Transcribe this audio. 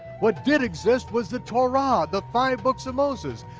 what did exist was the torah, the five books of moses,